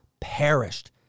perished